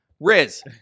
Riz